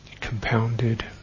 compounded